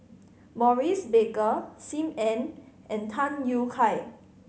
Maurice Baker Sim Ann and Tham Yui Kai